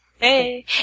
Hey